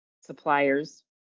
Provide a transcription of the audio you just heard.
suppliers